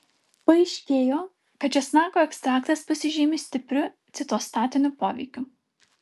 paaiškėjo kad česnako ekstraktas pasižymi stipriu citostatiniu poveikiu